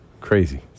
Crazy